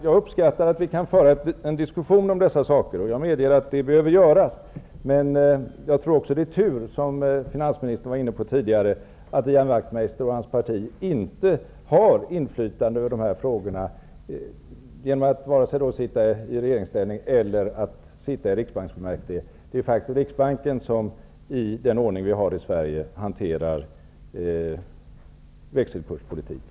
Jag uppskattar att vi kan föra en diskussion om dessa saker, och jag medger att det behöver göras, men i likhet med finansministern tror jag att det är tur att Ian Wachtmeister och hans parti inte har inflytande över de här frågorna, genom att de vare sig befinner sig i regeringeställning eller sitter i riksbanksfullmäktige. Det är faktiskt riksbanken som med den ordning som vi har i Sverige hanterar växelkurspolitiken.